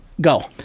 go